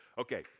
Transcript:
Okay